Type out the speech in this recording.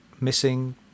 missing